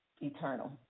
Eternal